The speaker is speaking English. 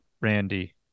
Randy